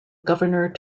governor